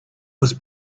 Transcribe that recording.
was